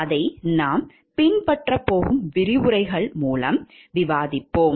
அதை நாம் பின்பற்றப்போகும் விரிவுரைகள் மூலம் விவாதிப்போம்